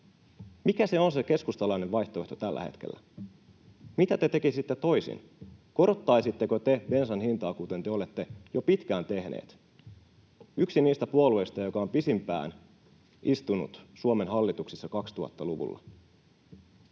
Mikä se on se keskustalainen vaihtoehto tällä hetkellä? Mitä te tekisitte toisin? Korottaisitteko te bensan hintaa, kuten te olette jo pitkään tehneet? Olette yksi niistä puolueista, joka on pisimpään istunut Suomen hallituksessa 2000-luvulla,